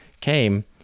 came